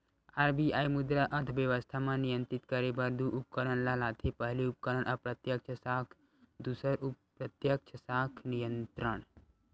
RBI मुद्रा अर्थबेवस्था म नियंत्रित करे बर दू उपकरन ल लाथे पहिली उपकरन अप्रत्यक्छ साख दूसर प्रत्यक्छ साख नियंत्रन